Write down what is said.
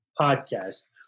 podcast